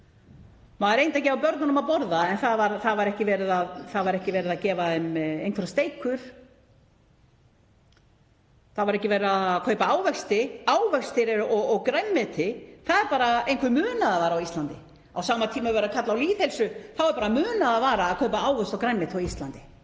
Maður reyndi að gefa börnunum að borða en það var ekki verið að gefa þeim einhverjar steikur. Það var ekki verið að kaupa ávexti. Ávextir og grænmeti er bara einhver munaðarvara á Íslandi. Á sama tíma og verið er að kalla á lýðheilsu er bara munaðarvara að kaupa ávexti og grænmeti á Íslandi,